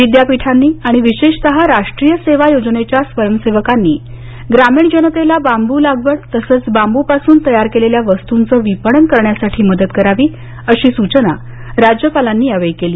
विद्यापीठांनी आणि विशेषतः राष्ट्रीय सेवा योजनेच्या स्वयंसेवकांनी ग्रामीण जनतेला बांबू लागवड तसंच बांबूपासून तयार केलेल्या वस्तूंच विपणन करण्यासाठी मदत करावी अशी सूचना राज्यपालांनी यावेळी केली